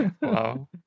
Wow